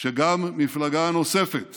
שגם מפלגה נוספת